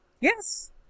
Yes